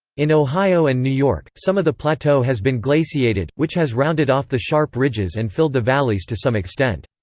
in ohio and new york, some of the plateau has been glaciated, which has rounded off the sharp ridges and filled the valleys to some extent.